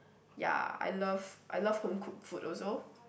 ya I love I love home-cooked food also